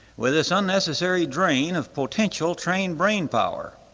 with this unnecessary drain of potential train brain power.